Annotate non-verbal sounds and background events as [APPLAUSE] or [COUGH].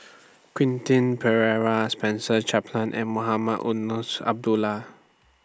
[NOISE] Quentin Pereira Spencer Chapman and Mohamed Eunos Abdullah